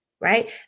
right